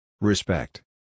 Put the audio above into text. Respect